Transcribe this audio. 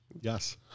Yes